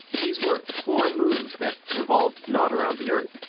these were four moons that revolved not around the earth,